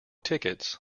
tickets